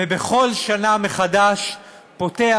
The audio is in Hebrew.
ובכל שנה מחדש פותח,